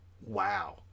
Wow